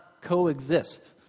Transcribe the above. coexist